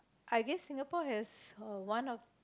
I guess Singapore has uh one of